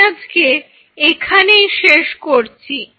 আমি আজকে এখানেই শেষ করছি